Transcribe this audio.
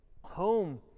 home